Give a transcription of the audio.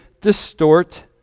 distort